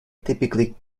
typically